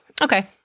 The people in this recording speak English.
Okay